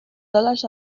dòlars